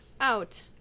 out